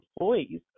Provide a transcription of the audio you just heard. employees